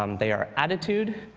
um they are attitude,